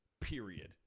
period